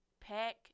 Pack